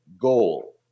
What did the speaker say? goal